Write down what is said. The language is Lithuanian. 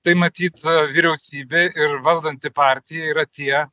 tai matyt a vyriausybė ir valdanti partija yra tie